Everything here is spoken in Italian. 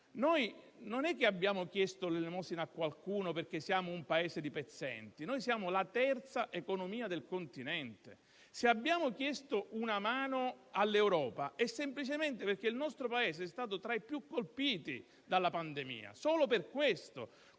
Non è che abbiamo chiesto l'elemosina a qualcuno perché siamo un Paese di pezzenti, noi siamo la terza economia del continente. Se abbiamo chiesto una mano all'Europa, è semplicemente perché il nostro Paese è stato tra i più colpiti dalla pandemia. Solo per questo.